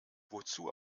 wozu